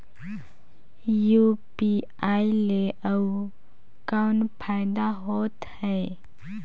UPI ले अउ कौन फायदा होथ है?